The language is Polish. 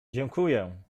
dziękuję